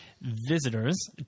visitors